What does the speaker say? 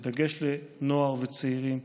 בדגש על נוער וצעירים.